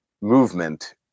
movement